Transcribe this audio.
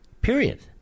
Period